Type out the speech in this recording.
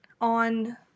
on